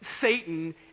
Satan